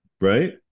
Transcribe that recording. right